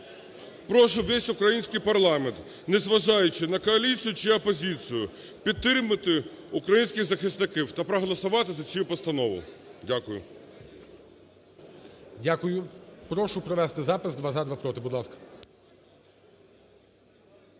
Прошу весь український парламент, не зважаючи на коаліцію чи опозицію, підтримати українських захисників та проголосувати за цю постанову. Дякую.